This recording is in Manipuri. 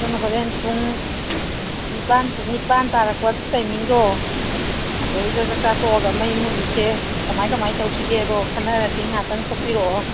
ꯑꯗꯨꯅ ꯍꯣꯔꯦꯟ ꯄꯨꯡ ꯅꯤꯄꯥꯟ ꯅꯤꯄꯥꯟ ꯇꯥꯔꯛꯄ ꯇꯥꯏꯃꯤꯡꯗꯣ ꯑꯗꯩꯗꯨꯗ ꯆꯥꯛꯆꯥ ꯇꯣꯛꯂꯒ ꯃꯩ ꯃꯨꯠꯂꯤꯁꯦ ꯀꯃꯥꯏ ꯀꯃꯥꯏ ꯇꯧꯁꯤꯒꯦꯗꯣ ꯈꯟꯅꯔꯁꯤ ꯉꯥꯛꯇꯪ ꯊꯣꯛꯄꯤꯔꯛꯑꯣ